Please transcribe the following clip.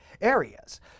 areas